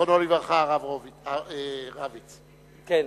זיכרונו לברכה, הרב רביץ, כן.